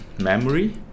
memory